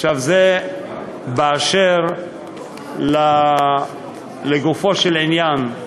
עכשיו, זה באשר לגופו של עניין.